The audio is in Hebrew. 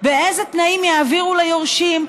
באילו תנאים יעבירו ליורשים.